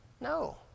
No